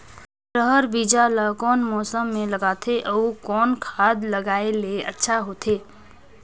रहर बीजा ला कौन मौसम मे लगाथे अउ कौन खाद लगायेले अच्छा होथे?